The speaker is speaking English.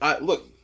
Look